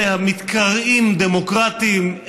אלה המתקראים דמוקרטים,